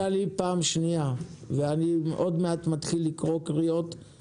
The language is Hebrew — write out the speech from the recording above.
אתה מפריע לי בפעם השנייה ועוד מעט אתחיל לקרוא בקריאות לסדר.